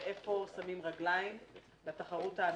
ואיפה שמים רגליים לתחרות האמתית.